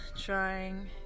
trying